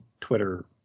Twitter